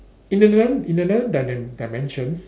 in the non~ in the non-dimen~ dimension